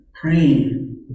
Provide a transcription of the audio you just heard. praying